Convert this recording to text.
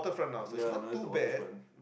ya now is the waterfront